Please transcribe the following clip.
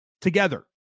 together